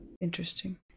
Interesting